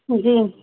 जी